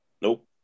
Nope